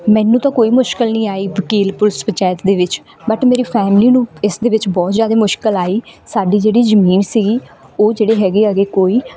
ਮੈਨੂੰ ਤਾਂ ਕੋਈ ਮੁਸ਼ਕਿਲ ਨਹੀਂ ਆਈ ਵਕੀਲ ਪੁਲਿਸ ਪੰਚਾਇਤ ਦੇ ਵਿੱਚ ਬਟ ਮੇਰੀ ਫੈਮਿਲੀ ਨੂੰ ਇਸ ਦੇ ਵਿੱਚ ਬਹੁਤ ਜ਼ਿਆਦਾ ਮੁਸ਼ਕਿਲ ਆਈ ਸਾਡੀ ਜਿਹੜੀ ਜਮੀਨ ਸੀਗੀ ਉਹ ਜਿਹੜੇ ਹੈਗੇ ਹੈਗੇ ਕੋਈ